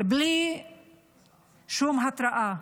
בלי שום התראה.